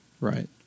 right